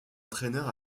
entraîneur